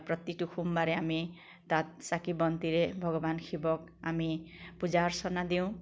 প্ৰতিটো সোমবাৰে আমি তাত চাকি বন্তিৰে ভগৱান শিৱক আমি পূজা অৰ্চনা দিওঁ